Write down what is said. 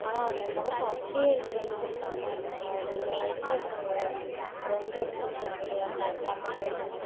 ஆனால் அந்த முகத்தை அப்படியே எடுத்துகிட்டு வந்து கொடுத்தாங்க எனக்கு அந்த இதிலே எனக்கு ரொம்ப பிடிச்சி இருந்தது அந்த பிளாக் அண்ட் ஒயிட்டு